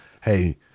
hey